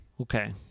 Okay